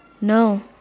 no